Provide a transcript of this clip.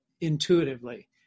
intuitively